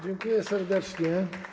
Dziękuję serdecznie.